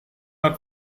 are